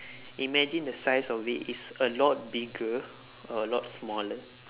imagine the size of it is a lot bigger or a lot smaller